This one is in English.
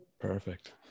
Perfect